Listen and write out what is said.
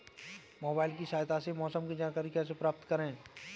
Mobile की सहायता से मौसम की जानकारी कैसे प्राप्त करें?